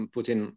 Putin